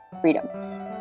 freedom